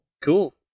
cool